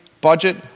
Budget